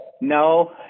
No